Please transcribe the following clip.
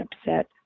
upset